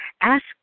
ask